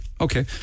Okay